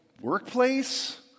workplace